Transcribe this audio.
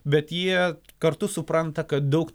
bet jie kartu supranta kad daug